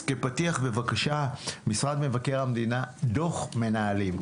כפתיח בבקשה, משרד המבקר, דוח מנהלים.